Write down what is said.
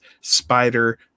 Spider